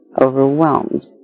overwhelmed